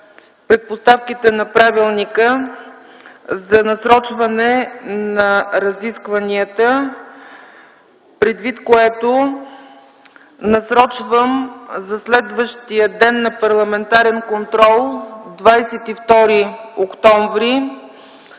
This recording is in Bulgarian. предпоставките на правилника за насрочване на разискванията, предвид което насрочвам за следващия ден на парламентарен контрол – 22 октомври,